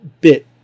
bit